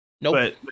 Nope